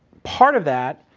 part of that,